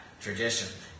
tradition